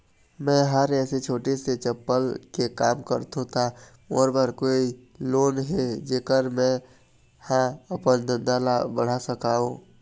मैं हर ऐसे छोटे से चप्पल के काम करथों ता मोर बर कोई लोन हे जेकर से मैं हा अपन धंधा ला बढ़ा सकाओ?